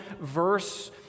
verse